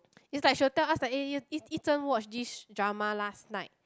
it's like she will tell us that eh Yi Yi-Zhen watch this drama last night